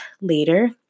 later